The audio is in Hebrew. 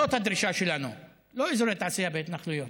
זו הדרישה שלנו, לא אזורי תעשייה בהתנחלויות.